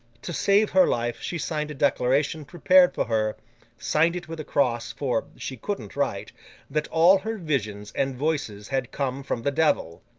to save her life, she signed a declaration prepared for her signed it with a cross, for she couldn't write that all her visions and voices had come from the devil.